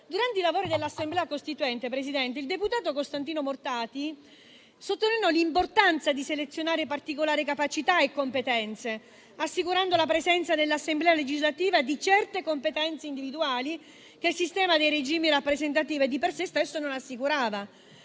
Durante i lavori dell'Assemblea costituente, Presidente, il deputato Costantino Mortati sottolineò l'importanza di selezionare particolari capacità e competenze, assicurando la presenza nell'Assemblea legislativa di certe competenze individuali che il sistema dei regimi rappresentativi di per se stesso non assicurava.